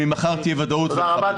שממחר תהיה ודאות --- תודה רבה,